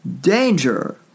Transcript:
danger